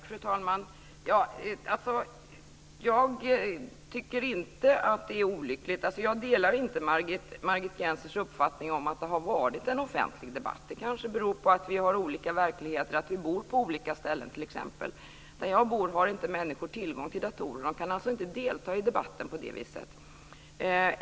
Fru talman! Jag tycker inte att det är olyckligt. Jag delar inte Margit Gennsers uppfattning om att det har varit en offentlig debatt. Det beror kanske på att vi har olika verkligheter, att vi bor på olika ställen t.ex. Där jag bor har inte människor tillgång till datorer. De kan alltså inte delta i debatten på det viset.